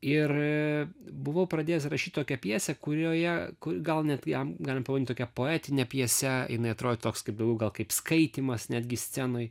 ir buvau pradėjęs rašyt tokią pjesę kurioje kur gal net jam galim pavadint tokia poetine pjese jinai atrodytų toks kaip gal kaip skaitymas netgi scenoj